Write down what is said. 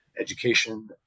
education